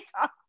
talk